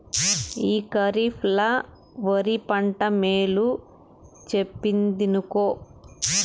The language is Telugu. ఈ కరీఫ్ ల ఒరి పంట మేలు చెప్పిందినుకో